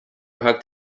hugged